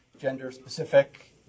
gender-specific